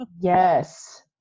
Yes